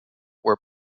were